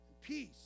peace